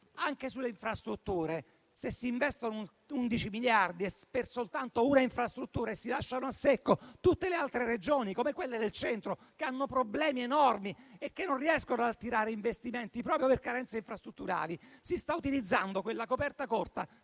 Anche sulle infrastrutture, se si investono 11 miliardi soltanto per una infrastruttura e si lasciano a secco tutte le altre Regioni, come quelle del Centro che hanno problemi enormi e che non riescono ad attirare investimenti proprio per carenze infrastrutturali, si sta utilizzando quella coperta corta